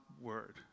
word